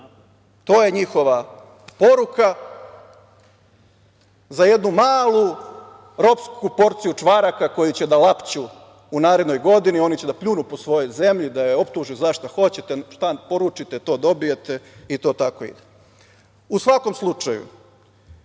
To je njihova poruka za jednu malu ropsku porciju čvaraka koju će da lapću u narednoj godini. Oni će da pljunu po svojoj zemlji, da je optuže za šta hoćete, šta poručite, to dobije, i to tako ide.U svakom slučaju,